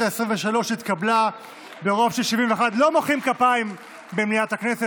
העשרים-ושלוש התקבלה ברוב של 71. לא מוחאים כפיים במליאת הכנסת,